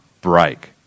break